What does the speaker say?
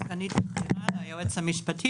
מצד חברי כנסת שמכירים היטב את הנושא,